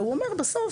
והוא אומר בסוף,